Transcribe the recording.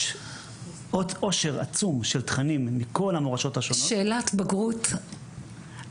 יש עושר עצום של תכנים מכל המורשות השונות שאלת בגרות אחת?